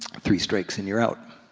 three strikes and you're out.